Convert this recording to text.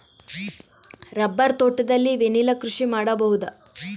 Rubber ತೋಟದಲ್ಲಿ vanilla ಕೃಷಿ ಮಾಡಬಹುದಾ?